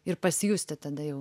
ir pasijusti tada jau